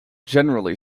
generally